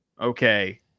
okay